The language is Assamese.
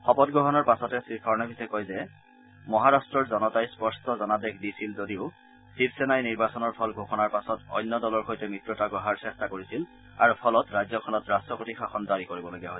শপতগ্ৰহণৰ পাছতে শ্ৰীফাড়নাৱিছে কয় যে মহাৰট্টৰ জনতাই স্পষ্ট জনাদেশ দিছিল যদিও শিৱসেনাই নিৰ্বাচনৰ ফল ঘোষণাৰ পাছত অন্য দলৰ সৈতে মিত্ৰতা গঢ়াৰ চেষ্টা কৰিছিল আৰু ফলত ৰাজ্যখনত ৰাট্টপতি শাসন জাৰি কৰিব লগা হয়